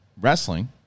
wrestling